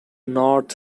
north